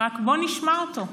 רק בוא נשמע אותו.